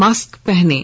mask पहनें